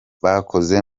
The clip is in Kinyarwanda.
bakoze